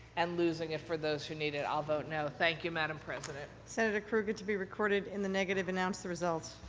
and losing it for those who need it. i'll vote no, thank you, madam president. senator krueger to be recorded in the negative. announce the result.